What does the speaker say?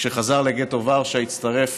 וכשחזר לגטו ורשה הצטרף